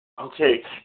Okay